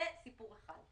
זה סיפור אחד.